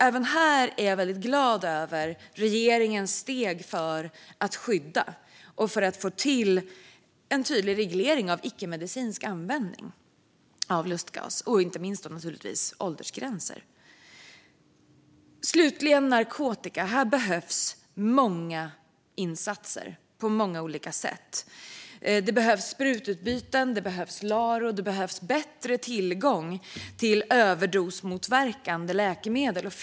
Även här är jag glad över regeringens steg för att få till stånd en tydlig reglering av icke-medicinsk användning av lustgas samt inte minst åldersgränser. Slutligen har vi narkotikafrågan. Här behövs många insatser på många olika sätt. Sprututbyten, LARO och bättre tillgång till överdosmotverkande läkemedel behövs.